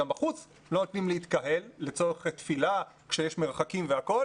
גם בחוץ לא נותנים להתקהל לצורך תפילה כשיש מרחקים והכול,